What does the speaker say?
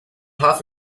half